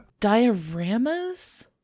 dioramas